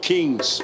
Kings